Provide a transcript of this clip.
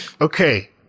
Okay